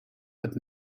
but